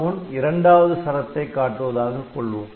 R1 இரண்டாவது சரத்தை காட்டுவதாகக் கொள்வோம்